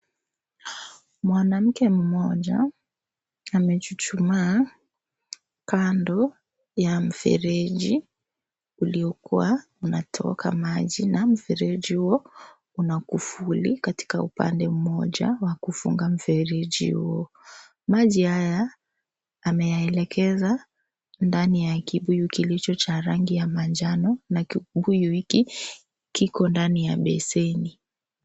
Mwanamke mmoja, amechuchumaa, kando, ya mfereji, uliokuwa unatoka maji, na, mfereji huo, una kufuli katika upande mmoja wa kunga mfereji huo, maji haya, ameyaelekeza, ndani ya kibuyu kilicho cha rangi ya manjano, na kibuyu hiki, kiko ndani ya beseni.